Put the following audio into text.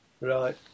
Right